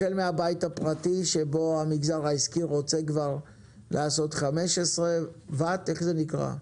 החל מהבית הפרטי שבו המגזר העסקי רוצה כבר לעשות 15 וואט איך זה נקרא?